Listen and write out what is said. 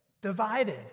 divided